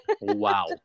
Wow